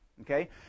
Okay